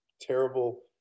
terrible